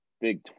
Big